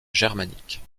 germanique